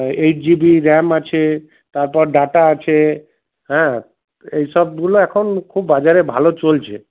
eight GB RAM আছে তারপর data আছে হ্যাঁ এইসবগুলো এখন খুব বাজারে ভালো চলছে